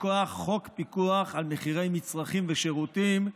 מכוח חוק פיקוח על מחירי מצרכים ושירותים,